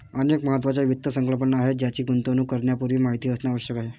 अनेक महत्त्वाच्या वित्त संकल्पना आहेत ज्यांची गुंतवणूक करण्यापूर्वी माहिती असणे आवश्यक आहे